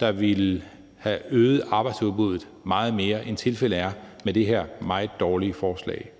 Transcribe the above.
der ville have øget arbejdsudbuddet meget mere, end tilfældet er med det her meget dårlige forslag.